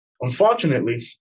Unfortunately